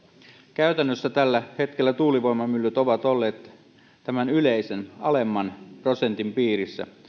käytännössä tällä hetkellä tuulivoimamyllyt ovat olleet yleisen alemman prosentin piirissä